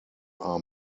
are